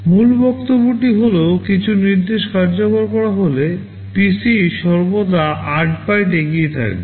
মুল বক্তব্যটি হল কিছু নির্দেশ কার্যকর করা হলে PC সর্বদা 8 byte এগিয়ে থাকবে